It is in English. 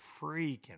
freaking